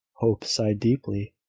hope sighed deeply.